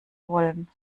wollen